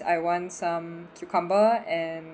I want some cucumber and